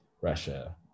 Russia